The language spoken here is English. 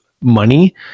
money